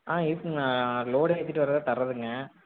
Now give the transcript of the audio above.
ஆ இருக்குதுங்கண்ணா லோடு ஏற்றிட்டு வர்றதை தர்றதுங்க